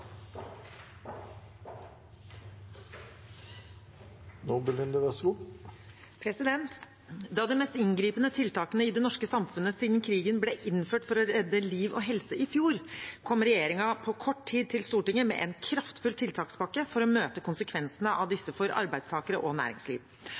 Da de mest inngripende tiltakene i det norske samfunnet siden krigen ble innført for å redde liv og helse i fjor, kom regjeringen på kort tid til Stortinget med en kraftfull tiltakspakke for å møte konsekvensene av